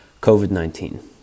COVID-19